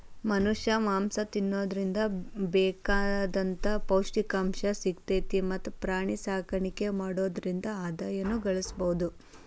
ಮನಷ್ಯಾ ಮಾಂಸ ತಿನ್ನೋದ್ರಿಂದ ಬೇಕಾದಂತ ಪೌಷ್ಟಿಕಾಂಶನು ಸಿಗ್ತೇತಿ ಮತ್ತ್ ಪ್ರಾಣಿಸಾಕಾಣಿಕೆ ಮಾಡೋದ್ರಿಂದ ಆದಾಯನು ಗಳಸಬಹುದು